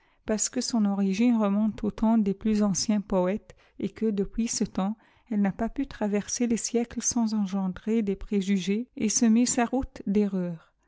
parce que son origine remonte au temps des plus anciens poètes etque depuis ce temps elle n a pas pu traverser tes siècles sans engendrer des préjugés et semer sa route d